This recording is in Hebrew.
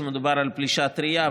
כשמדובר על פלישה טרייה,